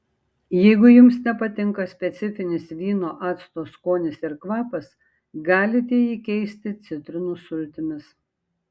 jeigu jums nepatinka specifinis vyno acto skonis ir kvapas galite jį keisti citrinų sultimis